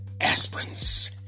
aspirins